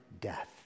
death